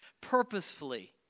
purposefully